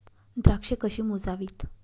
द्राक्षे कशी मोजावीत?